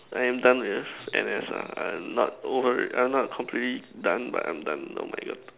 I'm done with N_S ah I'm not over I'm not completely done but I'm done oh my God